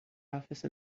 office